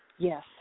Yes